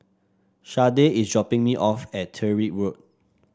Sharday is dropping me off at Tyrwhitt Road